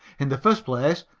in the first place,